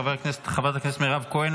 חברת הכנסת מירב כהן,